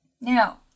Now